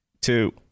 two